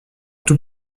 tout